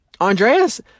Andreas